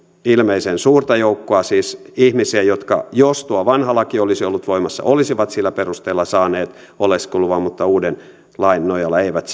ilmeisen suurta joukkoa siis ihmisiä jotka jos tuo vanha laki olisi ollut voimassa olisivat sillä perusteella saaneet oleskeluluvan mutta uuden lain nojalla eivät